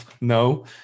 no